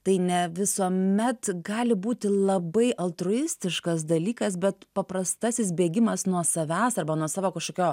tai ne visuomet gali būti labai altruistiškas dalykas bet paprastasis bėgimas nuo savęs arba nuo savo kažkokio